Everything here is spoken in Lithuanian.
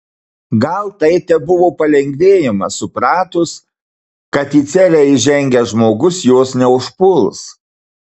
gal tai tebuvo palengvėjimas supratus kad į celę įžengęs žmogus jos neužpuls